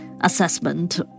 assessment